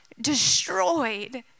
destroyed